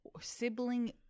Sibling